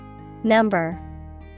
Number